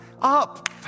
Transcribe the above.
Up